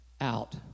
out